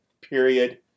Period